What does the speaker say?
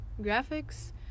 graphics